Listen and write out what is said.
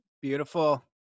Beautiful